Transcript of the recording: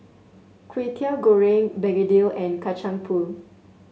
Kwetiau Goreng Begedil and Kacang Pool